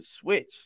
Switch